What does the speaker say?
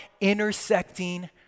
intersecting